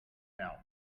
down